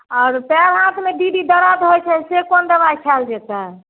आओर पएर हाथमे दीदी दर्द होइ छै से कोन दवाइ खायल जेतै